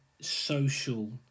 social